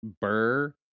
Burr